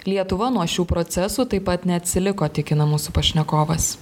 lietuva nuo šių procesų taip pat neatsiliko tikina mūsų pašnekovas